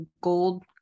gold